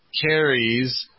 carries